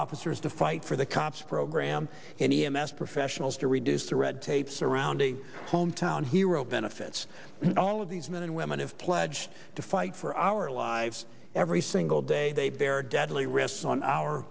officers to fight for the cops program and e m s professionals to reduce the red tape surrounding hometown hero benefits all of these men and women have pledged to fight for our lives every single day they bear deadly risks on our